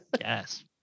Yes